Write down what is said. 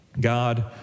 God